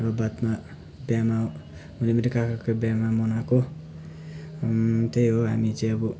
र बादमा बिहामा मेरो पनि काकाको बिहामा मनाएको त्यही हो हामी चाहिँ अब